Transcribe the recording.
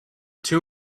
two